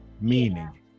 meaning